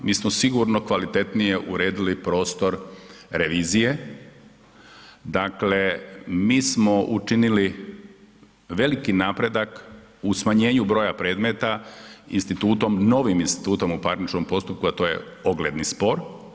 Mi smo sigurno kvalitetnije uredili prostor revizije, dakle, mi smo učinili veliki napredak u smanjenju broja predmeta, institutom, novim institutom u parničnom postupku, a to je ogledni spor.